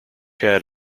had